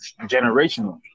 generational